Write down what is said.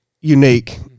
unique